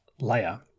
layer